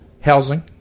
housing